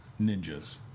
ninjas